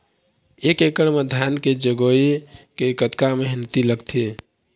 एक एकड़ म धान के जगोए के कतका मेहनती लगथे?